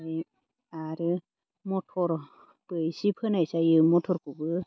फाय आरो मटरबो एसे फोनाय जायो मटरखौबो